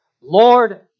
Lord